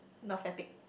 not fatigue